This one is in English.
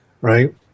right